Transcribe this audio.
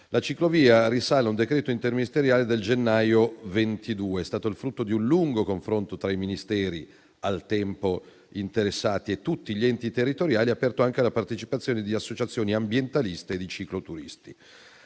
Governo - risale a un decreto interministeriale del gennaio 2022. Esso è stato il frutto di un lungo confronto tra i Ministeri al tempo interessati e tutti gli enti territoriali, aperto anche alla partecipazione di associazioni ambientaliste di cicloturisti.